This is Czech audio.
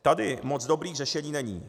Tady moc dobrých řešení není.